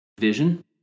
vision